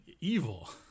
evil